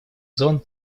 зон